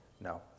no